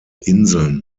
inseln